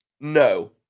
No